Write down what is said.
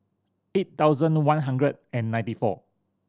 eight thousand one hundred and ninety four